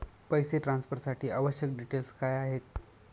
पैसे ट्रान्सफरसाठी आवश्यक डिटेल्स काय आहेत?